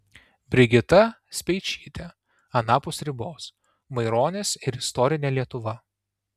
brigita speičytė anapus ribos maironis ir istorinė lietuva